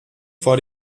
vor